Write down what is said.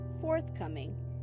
forthcoming